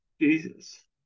Jesus